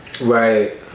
Right